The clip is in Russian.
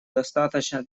достаточно